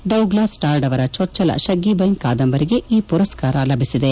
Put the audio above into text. Douglas Stuart ಅವರ ಜೊಚ್ಚಲ ಶಗ್ಗಿದೈನ್ ಕಾದಂಬರಿಗೆ ಈ ಪುರಸ್ಕಾರ ಲಭಿಸಿದೆ